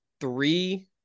three